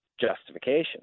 justification